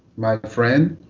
my friend,